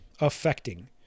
affecting